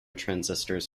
transistors